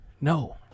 No